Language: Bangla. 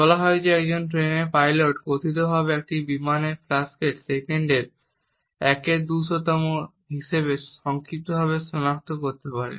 বলা হয় যে একজন ট্রেনের পাইলট কথিতভাবে একটি বিমানের ফ্ল্যাশকে সেকেন্ডের 1200 তম হিসাবে সংক্ষিপ্তভাবে সনাক্ত করতে পারে